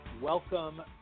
Welcome